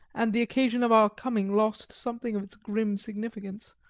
and the occasion of our coming lost something of its grim significance,